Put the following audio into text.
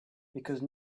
because